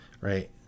right